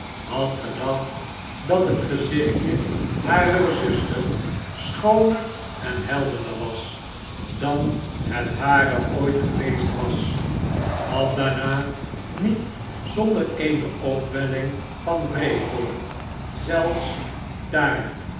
had gedacht dat het gezichtje harer zuster schooner en helderder was dan het hare ooit geweest was had daarna niet zonder eene opwelling van wrevel zelfs daar